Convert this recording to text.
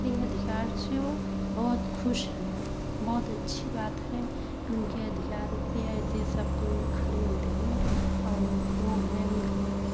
इसलिए अधिकार से वह बहुत खुश हैं बहुत अच्छी बात है कि उनके अधिकार पर ऐसे सब कोई खरे उतरे और वो है उनका